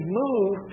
move